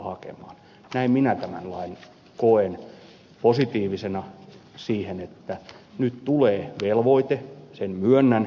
näin minä tämän lain koen positiivisena sikäli että nyt tulee velvoite sen myönnän